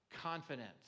confidence